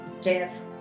death